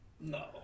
No